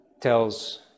tells